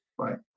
Right